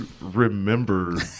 remember